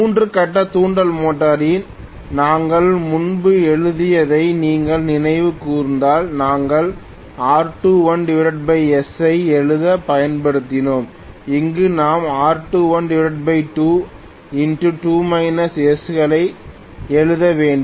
மூன்று கட்ட தூண்டல் மோட்டரில் நாங்கள் முன்பு எழுதியதை நீங்கள் நினைவு கூர்ந்தால் நாங்கள் R21s ஐ எழுதப் பயன்படுத்தினோம் இங்கே நாம் R212 களை எழுத வேண்டும்